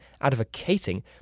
advocating